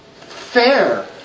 fair